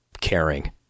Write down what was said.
caring